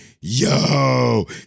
yo